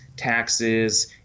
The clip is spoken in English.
Taxes